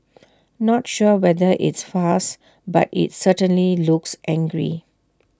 not sure whether it's fast but IT certainly looks angry